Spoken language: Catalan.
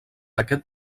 aquest